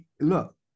look